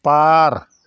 बार